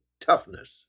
toughness